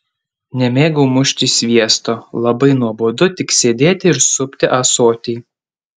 nemėgau mušti sviesto labai nuobodu tik sėdėti ir supti ąsotį